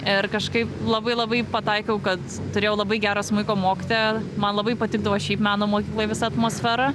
ir kažkaip labai labai pataikiau kad turėjau labai gerą smuiko mokytoją man labai patikdavo šiaip meno mokykloj visa atmosfera